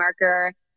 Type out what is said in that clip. marker